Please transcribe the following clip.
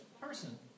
person